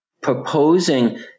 proposing